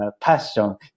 passion